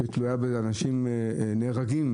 אנשים נהרגים